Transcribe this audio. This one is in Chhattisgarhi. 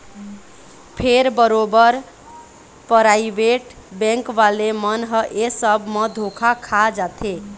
फेर बरोबर पराइवेट बेंक वाले मन ह ऐ सब म धोखा खा जाथे